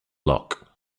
lock